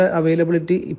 availability